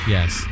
Yes